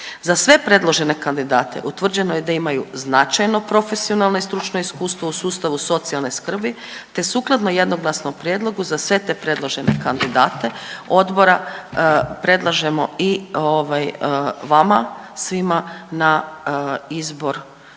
Za sve predložene kandidate utvrđeno je da imaju značajno profesionalno i stručno iskustvo u sustavu socijalne skrbi te sukladno jednoglasnom prijedlogu za sve te predložene kandidate odbora predlažemo i vama svima na izbor tih